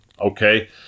okay